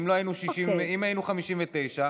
אם היינו 59,